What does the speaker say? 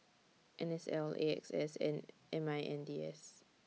N S L A X S and M I N D S